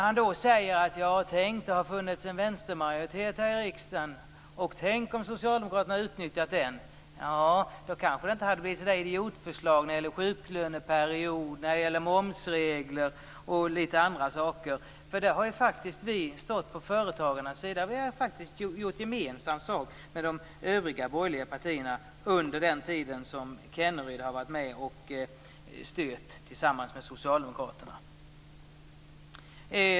Han säger att det har funnits en vänstermajoritet i riksdagen och undrar hur det hade blivit om socialdemokraterna hade utnyttjat den. Ja, då hade det kanske inte kommit några idiotförslag när det gäller sjuklöneperiod, momsregler och annat. Där har vi faktiskt stått på företagarnas sida. Vi har gjort gemensam sak med övriga borgerliga partier under den tid som Kenneryd har varit med och styrt tillsammans med socialdemokraterna.